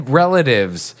relatives